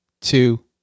two